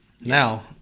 Now